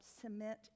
cement